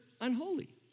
unholy